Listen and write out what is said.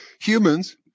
Humans